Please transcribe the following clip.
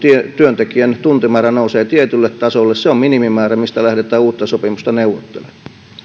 työntekijän tuntimäärä nousee tietylle tasolle se on minimimäärä mistä lähdetään uutta sopimusta neuvottelemaan